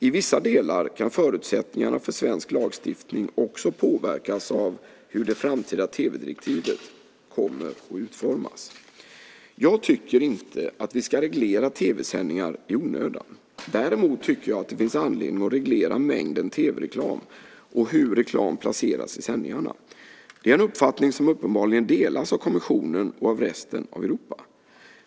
I vissa delar kan förutsättningarna för svensk lagstiftning också påverkas av hur det framtida tv-direktivet kommer att utformas. Jag tycker inte att vi ska reglera tv-sändningar i onödan. Däremot tycker jag att det finns anledning att reglera mängden tv-reklam och hur reklam placeras i sändningarna. Det är en uppfattning som uppenbarligen delas av kommissionen och av resten av Europa.